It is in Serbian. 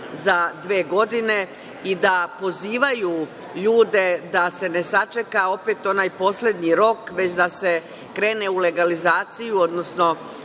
za dve godine i da pozivaju ljude da se ne sačeka opet onaj poslednji rok, već da se krene u legalizaciju, odnosno